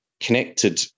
connected